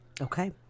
okay